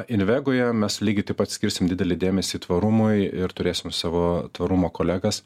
invegoje mes lygiai taip pat skirsim didelį dėmesį tvarumui ir turėsim savo tvarumo kolegas